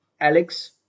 Alex